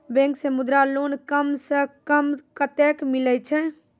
Bank से Mudra loan कम सऽ कम कतैय मिलैय छै?